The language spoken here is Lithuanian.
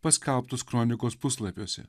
paskelbtus kronikos puslapiuose